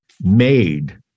made